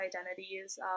identities